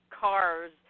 cars